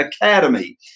Academy